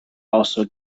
also